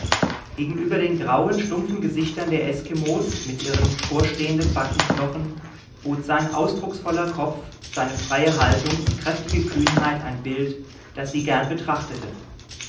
gegenüber den grauen stumpfen gesichtern der eskimos mit ihren vorstehenden backenknochen bot sein ausdrucksvoller kopf seine freie haltung und kräftige kühnheit ein bild das sie gern betrachtete